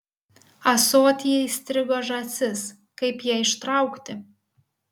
ąsotyje įstrigo žąsis kaip ją ištraukti